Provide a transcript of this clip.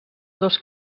dos